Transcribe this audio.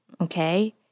Okay